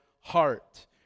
heart